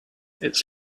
its